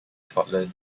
scotland